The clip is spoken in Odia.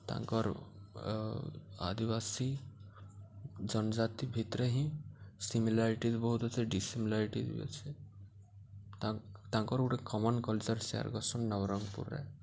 ତାଙ୍କର୍ ଆଦିବାସୀ ଜନଜାତି ଭିତ୍ରେ ହିଁ ସିମିଲାରିଟିଜ୍ ବହୁତ୍ ଅଛେ ଡିସ୍ସିମିଲାରିଟି ବି ଅଛେ ତାଙ୍କର୍ ଗୁଟେ କମନ୍ କଲ୍ଚର୍ ସେୟାର୍ କର୍ସନ୍ ନବରଙ୍ଗ୍ପୁର୍ରେ